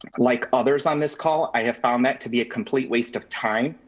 like others on this call, i have found that to be a complete waste of time.